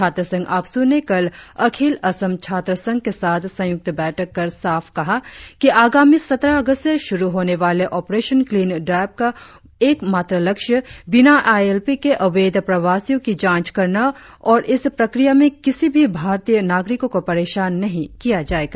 छात्र संघ आप्सू ने कल अखिल असम छात्र संघ के साथ संयुक्त बैठक कर साफ कहा कि आगामी सत्रह अगस्त से शुरु होने वाली ऑपरेशन क्लीन ड्राइव का एकमात्र लक्ष्य बीना आई एल पी के अवैध प्रवासियों की जांच करना है और इस प्रक्रिया में किसी भी भारतीय नागरिकों को परेशान नही किया जाएगा